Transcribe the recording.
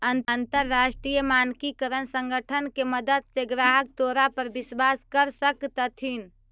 अंतरराष्ट्रीय मानकीकरण संगठन के मदद से ग्राहक तोरा पर विश्वास कर सकतथीन